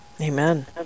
Amen